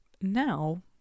now